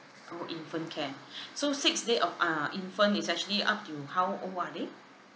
orh infant care so six day of uh infant is actually up to how old are they